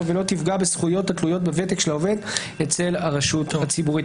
ולא תפגע בזכויות התלויות בוותק של העובד אצל הרשות הציבורית.